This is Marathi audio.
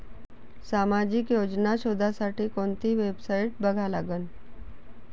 सामाजिक योजना शोधासाठी कोंती वेबसाईट बघा लागन?